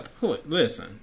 Listen